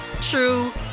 true